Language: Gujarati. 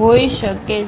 હોઈ શકે છે